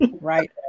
Right